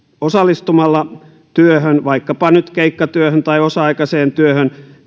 osallistumalla työhön vaikkapa nyt keikkatyöhön tai osa aikaiseen työhön